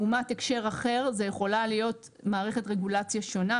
לעומת הקשר אחר זו יכולה להיות מערכת רגולציה שונה,